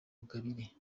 rugabire